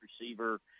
receiver